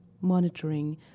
Monitoring